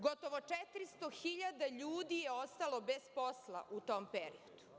Gotovo 400.000 ljudi je ostalo bez posla u tom periodu.